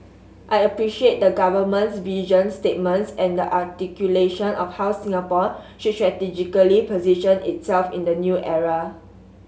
I appreciate the Government's vision statements and the articulation of how Singapore should strategically position itself in the new era